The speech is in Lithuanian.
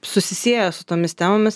susisieja su tomis temomis